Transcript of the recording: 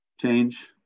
change